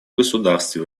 государстве